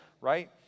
right